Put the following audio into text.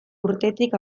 urtetik